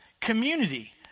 community